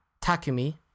Takumi